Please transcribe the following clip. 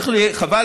חבל.